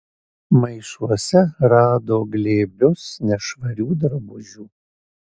maišuose rado glėbius nešvarių drabužių